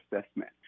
assessment